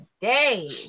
day